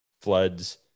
floods